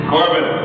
Corbin